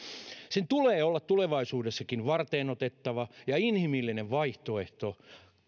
sen tulee olla tulevaisuudessakin varteenotettava ja inhimillinen vaihtoehto